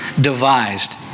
devised